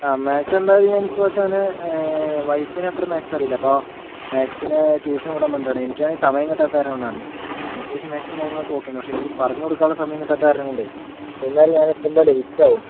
ആ മാത്സ് എന്തായാലും ഞാന് ഇപ്രാവശ്യം അവനെ വൈഫിന് അത്ര മാത്സ് അറിയില്ല അപ്പൊൾ മാത്സിന് ട്യൂഷന് വിടണമെന്നുണ്ട് എനിക്കാണേൽ സമയം കിട്ടാത്ത കാരണം കൊണ്ടാണ് ഞാനത്യാവശ്യം മാത്സും കാര്യങ്ങളൊക്കെ ഓക്കേയാണ് പക്ഷെ എനിക്ക് പറഞ്ഞുകൊടുക്കാനുള്ള സമയം കിട്ടാത്ത കാരണം കൊണ്ടേ എന്തായാലും ഞാനെത്തുമ്പോൾ ലേയ്റ്റ് ആവും